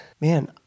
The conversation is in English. man